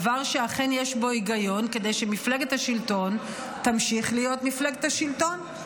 דבר שאכן יש בו היגיון כדי שמפלגת השלטון תמשיך להיות מפלגת השלטון.